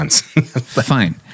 Fine